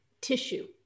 tissue